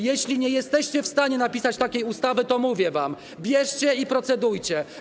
Jeśli nie jesteście w stanie napisać takiej ustawy, to mówię wam: bierzcie i procedujcie.